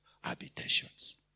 habitations